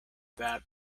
that